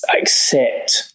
accept